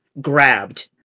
grabbed